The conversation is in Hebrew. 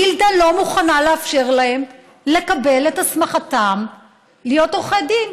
הגילדה לא מוכנה לאפשר להם לקבל את הסמכתם להיות עורכי דין.